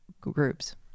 groups